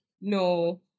no